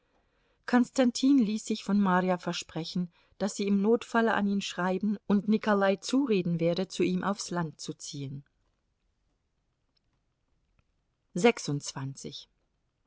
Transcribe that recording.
konstantin ließ sich von marja versprechen daß sie im notfalle an ihn schreiben und nikolai zureden werde zu ihm aufs land zu ziehen